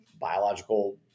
biological